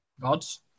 gods